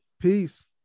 Peace